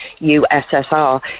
USSR